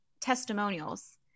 testimonials